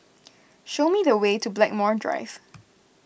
show me the way to Blackmore Drive